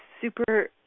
super